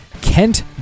Kent